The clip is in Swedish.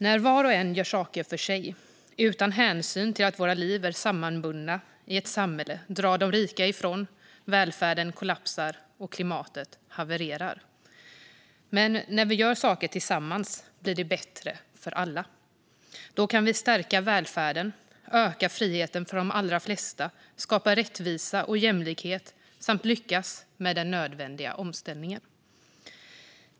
När var och en gör saker för sig, utan hänsyn till att våra liv är sammanbundna i ett samhälle, drar de rika ifrån, välfärden kollapsar och klimatet havererar. Men när vi gör saker tillsammans blir det bättre för alla. Då kan vi stärka välfärden, öka friheten för de allra flesta, skapa rättvisa och jämlikhet samt lyckas med den nödvändiga omställningen.